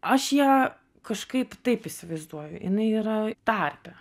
aš ją kažkaip taip įsivaizduoju jinai yra tarpe